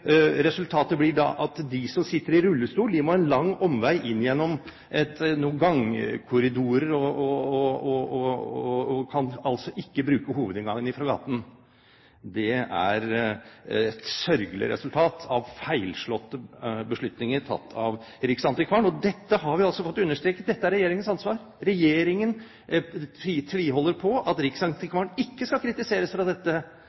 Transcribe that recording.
Resultatet blir da at de som sitter i rullestol, må ta en lang omvei inn gjennom noen gangkorridorer, og kan altså ikke bruke hovedinngangen fra gaten. Det er et sørgelig resultat av feilslåtte beslutninger tatt av riksantikvaren. Dette har vi altså fått understreket, dette er regjeringens ansvar. Regjeringen tviholder på at riksantikvaren ikke skal kritiseres for dette